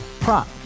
Prop